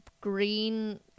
green